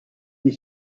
qui